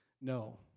no